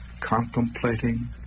contemplating